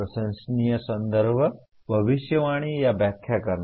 प्रशंसनीय संदर्भ भविष्यवाणी या व्याख्या करना